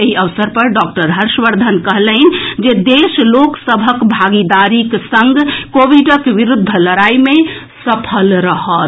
एहि अवसर पर डॉक्टर हर्षवर्धन कहलनि जे देश लोक सभक भागीदारीक संग कोविडक विरूद्ध लड़ाई मे सफल रहत